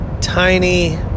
tiny